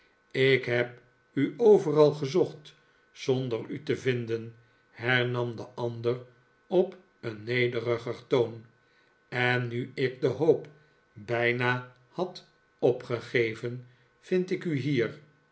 ik heb u overal gezocht zonder u te vinden hernam de ander op een nederiger toon en nu ik de hoop bijna had opgegeven vind ik u hier